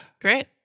Great